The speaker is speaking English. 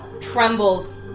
trembles